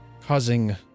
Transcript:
Causing